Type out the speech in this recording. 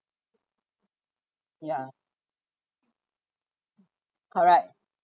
ya correct